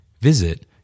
Visit